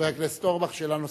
חבר הכנסת אורבך, שאלה נוספת.